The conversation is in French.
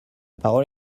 parole